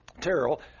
Terrell